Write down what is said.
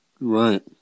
Right